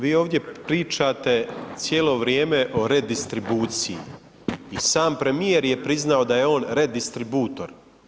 Vi ovdje pričate cijelo vrijeme o redistribuciji, i sam premijer je priznao da je on redistributor.